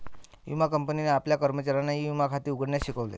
विमा कंपनीने आपल्या कर्मचाऱ्यांना ई विमा खाते उघडण्यास शिकवले